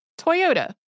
Toyota